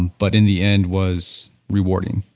but in the end was rewarding?